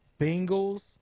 Bengals